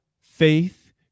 faith